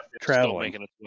traveling